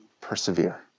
persevere